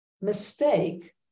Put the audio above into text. mistake